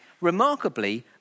Remarkably